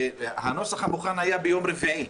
הנוסח המוכן היה ביום רביעי.